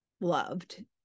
loved